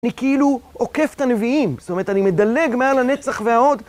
אני כאילו עוקף את הנביאים, זאת אומרת, אני מדלג מעל הנצח והעוד.